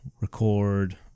record